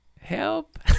Help